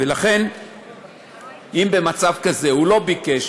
ולכן אם במצב כזה הוא לא ביקש